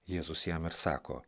jėzus jam ir sako